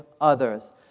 others